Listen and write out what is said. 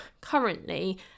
currently